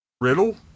Riddle